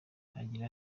agira